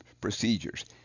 procedures